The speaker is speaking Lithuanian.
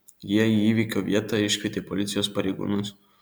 jie į įvykio vietą iškvietė policijos pareigūnus